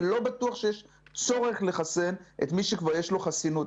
ולא בטוח שיש צורך לחסן את מי שכבר יש לו חסינות.